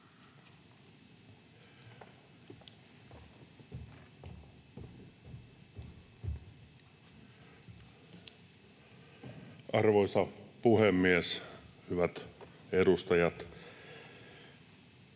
Arvoisa puhemies, hyvät edustajat!